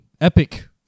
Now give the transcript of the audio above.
epic